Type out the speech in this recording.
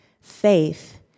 Faith